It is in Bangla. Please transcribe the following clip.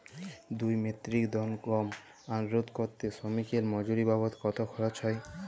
দুই মেট্রিক টন গম আনলোড করতে শ্রমিক এর মজুরি বাবদ কত খরচ হয়?